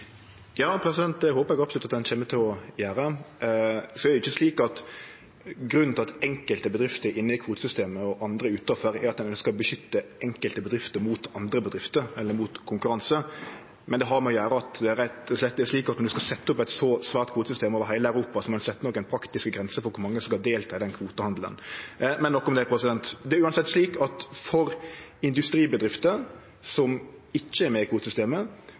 Ja, det håper eg absolutt at ein kjem til å gjere. Så er det ikkje slik at grunnen til at enkelte bedrifter er inne i kvotesystemet og andre er utanfor, er at ein ønskjer å beskytte enkelte bedrifter mot andre bedrifter, eller mot konkurranse. Det har rett og slett å gjere med at når ein skal setje opp eit så svært kvotesystem over heile Europa, må ein setje nokre praktiske grenser for kor mange som kan delta i den kvotehandelen. Men nok om det. Det er uansett slik at industribedrifter som ikkje er med i